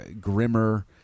grimmer